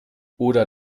oder